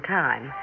time